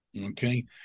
okay